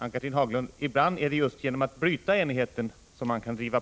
Ann-Cathrine Haglund, ibland är det just genom att bryta enigheten som man driver på. Jag — Prot.